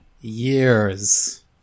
years